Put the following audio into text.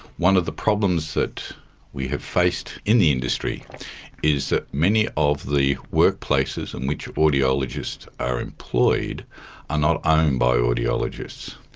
one of the problems that we have faced in the industry is that many of the workplaces in which audiologists are employed are not owned by audiologists,